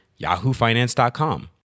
Yahoofinance.com